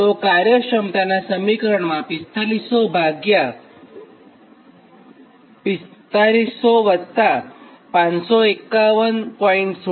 તો કાર્યક્ષમતાનાં સમીકરણમાં 4500 ભાગ્યા 4500 551